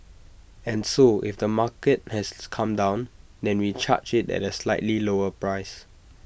and so if the market has come down then we charge IT at A slightly lower price